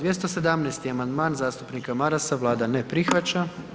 217. amandman zastupnika Marasa, Vlada ne prihvaća.